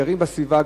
גרים בסביבה,